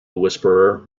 whisperer